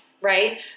right